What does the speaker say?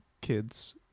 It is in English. kids